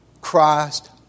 Christ